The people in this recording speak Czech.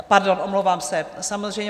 Pardon, omlouvám se, samozřejmě.